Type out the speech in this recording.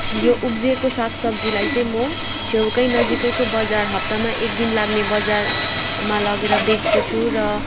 यो उब्जेको साग सब्जीलाई चाहिँ म छेउकै नजिकको बजार हप्तामा एक दिन लाग्ने बजारमा लगेर बेच्दछु र